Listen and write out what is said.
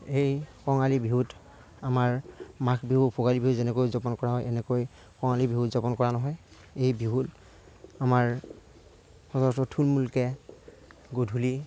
এই কঙালী বিহুত আমাৰ মাঘ বিহু ভোগালী বিহু যেনেকৈ উদযাপন কৰা হয় এনেকৈ কঙালী বিহু উদযাপন কৰা নহয় এই বিহুত আমাৰ সচৰাচৰ থূলমূলকৈ গধূলি